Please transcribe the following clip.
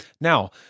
Now